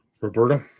Roberta